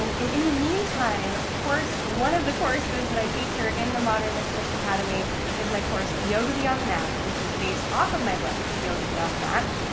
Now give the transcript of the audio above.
um in in the meantime, of course, one of the courses that i think in the modern mystics academy is my course yoga beyond the mat which is based off of my book yoga beyond the mat.